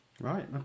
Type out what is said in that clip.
Right